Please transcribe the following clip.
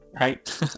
right